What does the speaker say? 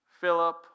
Philip